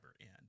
end